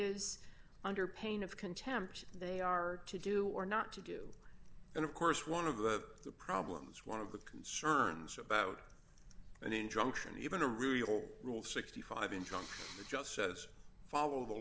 is under pain of contempt they are to do or not to do and of course one of the problems one of the concerns about an injunction even a rule rule sixty five dollars in john just says follow the